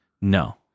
no